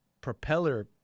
propeller